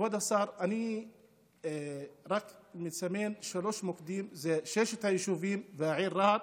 אני מסמן שלושה מוקדים: ששת היישובים והעיר רהט,